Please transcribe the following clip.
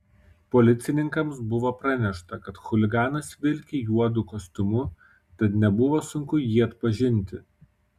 policininkams buvo pranešta kad chuliganas vilki juodu kostiumu tad nebuvo sunku jį atpažinti